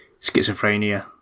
schizophrenia